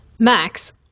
max